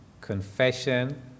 confession